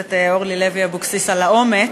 הכנסת אורלי לוי אבקסיס על האומץ.